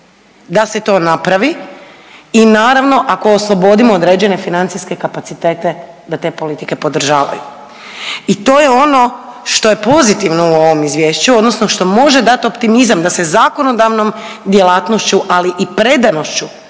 da se to napravi i naravno ako oslobodimo određene financijske kapacitete da te politike podržavaju. I to je ono što je pozitivno u ovom izvješću odnosno što može dati optimizam da se zakonodavnom djelatnošću, ali predanošću